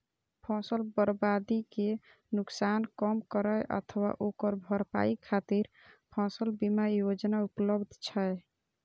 फसल बर्बादी के नुकसान कम करै अथवा ओकर भरपाई खातिर फसल बीमा योजना उपलब्ध छै